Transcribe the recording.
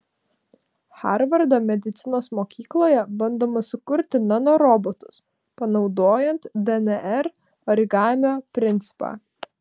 harvardo medicinos mokykloje bandoma sukurti nanorobotus panaudojant dnr origamio principą